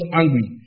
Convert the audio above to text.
angry